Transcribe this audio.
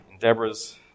Deborah's